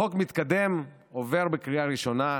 החוק מתקדם, עובר בקריאה ראשונה,